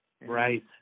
right